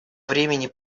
времени